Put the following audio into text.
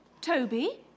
Toby